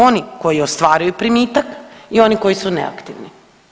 Oni koji ostvaruju primitak i oni koji su neaktivni.